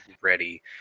ready